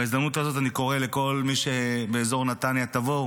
בהזדמנות הזאת אני קורא לכל מי שבאזור נתניה: תבואו,